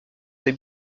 ses